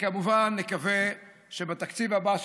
וכמובן נקווה שבתקציב הבא,